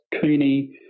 Cooney